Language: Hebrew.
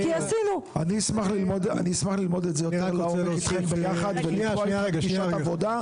אני אשמח ללמוד את זה איתכם ביחד ונקבע פגישת עבודה.